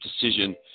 decision